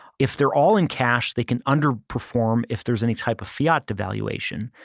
if they're all in cash, they can underperform if there's any type of fiat devaluation.